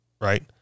right